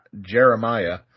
Jeremiah